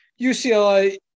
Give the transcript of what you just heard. UCLA